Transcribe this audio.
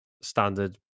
standard